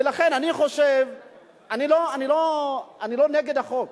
ולכן, אני לא נגד החוק.